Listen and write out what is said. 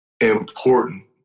important